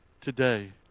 today